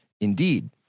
Indeed